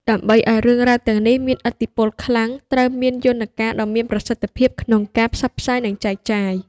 ដើម្បីឲ្យរឿងរ៉ាវទាំងនេះមានឥទ្ធិពលខ្លាំង ត្រូវមានយន្តការដ៏មានប្រសិទ្ធភាពក្នុងការផ្សព្វផ្សាយ និងចែកចាយ។